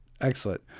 excellent